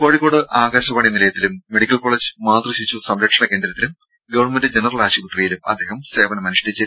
കോഴിക്കോട് ആകാശവാണി നിലയത്തിലും medical college മാതൃ ശിശു സംരക്ഷണ കേന്ദ്രത്തിലും ഗവൺമെന്റ് ജനറൽ ആശുപത്രിയിലും അദ്ദേഹം സേവനം അനുഷ്ടിച്ചു